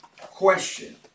Question